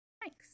Thanks